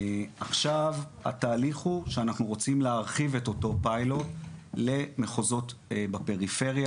עכשיו התהליך הוא שאנחנו רוצים להרחיב את אותו פיילוט למחוזות בפריפריה.